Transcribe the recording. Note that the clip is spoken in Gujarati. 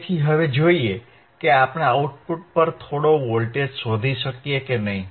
તેથી હવે જોઈએ કે આપણે આઉટપુટ પર થોડો વોલ્ટેજ શોધી શકીએ કે નહીં